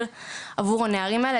מודל עבור הנערים האלה.